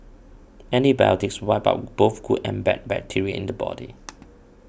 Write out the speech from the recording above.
antibiotics wipe out both good and bad bacteria in the body